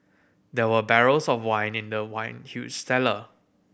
there were barrels of wine in the wine huge cellar